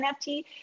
NFT